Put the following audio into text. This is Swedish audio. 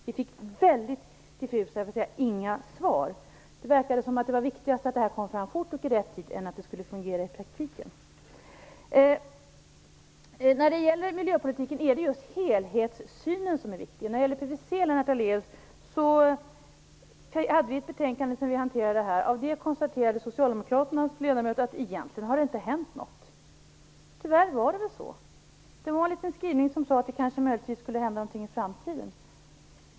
Vi fick väldigt diffusa, för att inte säga inga, svar. Det verkade som att det var viktigare att detta kom fram fort och i rätt tid än att det skulle fungera i praktiken. Det är helhetssynen som är det viktiga i miljöpolitiken. Vi har behandlat en betänkande som gällde PVC, Lennart Daléus. I samband med det konstaterade Socialdemokraternas ledamöter att det egentligen inte hänt någonting. Tyvärr var det väl så. Det fanns en liten skrivning som handlade om att det möjligtvis skulle hända någonting i framtiden.